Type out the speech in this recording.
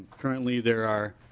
currently there are